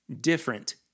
different